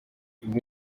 indi